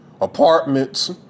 apartments